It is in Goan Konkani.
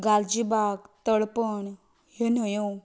गालजीबाग तळपण ह्यो न्हंयो